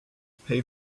pay